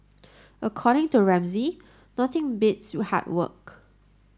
according to Ramsay nothing beats hard work